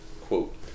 Quote